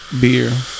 beer